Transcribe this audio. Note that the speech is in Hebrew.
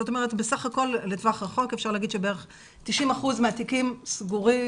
זאת אומרת בסך הכול לטווח רחוק אפשר להגיד שבערך 90% מהתיקים סגורים,